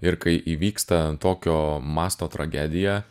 ir kai įvyksta tokio masto tragedija